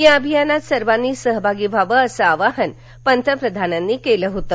या अभियानात सर्वांनी सहभागी व्हावं असं आवाहन पंतप्रधानांनी केलं होतं